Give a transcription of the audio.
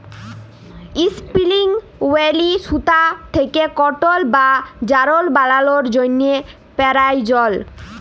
ইসপিলিং ওহিল সুতা থ্যাকে কটল বা যারল বালালোর জ্যনহে পেরায়জল